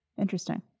Interesting